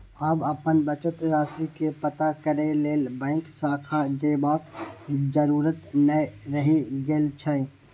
आब अपन बचत राशि के पता करै लेल बैंक शाखा जयबाक जरूरत नै रहि गेल छै